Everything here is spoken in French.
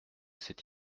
s’est